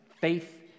Faith